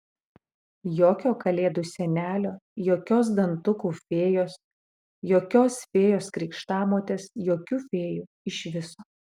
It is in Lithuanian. jokio kalėdų senelio jokios dantukų fėjos jokios fėjos krikštamotės jokių fėjų iš viso